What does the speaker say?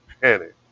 panic